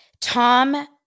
Tom